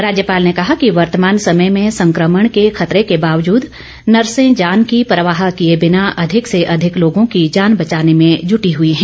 राज्यपाल ने कहा कि वर्तमान समय में संक्रमण के खतरे के बावजूद नर्से जाने की परवाह किए बिना अधिक से अधिक लोगों की जान बचाने में जुटी हुई हैं